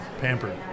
pampered